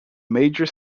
major